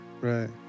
Right